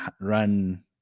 run